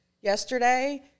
yesterday